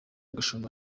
gashumba